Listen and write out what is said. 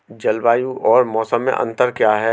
जलवायु और मौसम में अंतर क्या है?